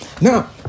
Now